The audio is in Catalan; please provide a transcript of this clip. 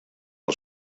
del